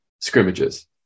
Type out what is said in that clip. scrimmages